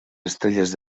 estrelles